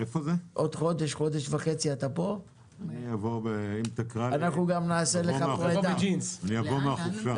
אם תקרא לי אני אבוא מהחופשה.